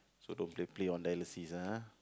so don't play play on that dialysis ah